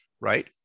right